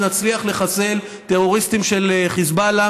שנצליח לחסל טרוריסטים של החיזבאללה